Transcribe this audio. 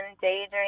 daydream